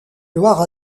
loire